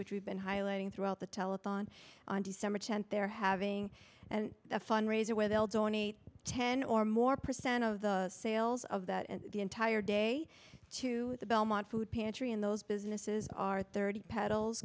which we've been highlighting throughout the telethon on december tenth they're having a fundraiser where they'll donate ten or more percent of the sales of that and the entire day to the belmont food pantry and those businesses are thirty ped